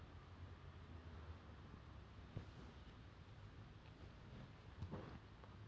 so I run so my one of my wish is to compete in the southeast asian youth next year